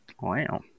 Wow